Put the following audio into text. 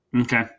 Okay